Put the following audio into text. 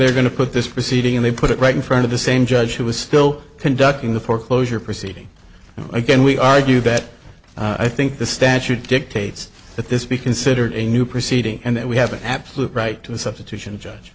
they're going to put this proceeding and they put it right in front of the same judge who was still conducting the foreclosure proceeding again we are you bet i think the statute dictates that this be considered a new proceeding and that we have an absolute right to the substitution judge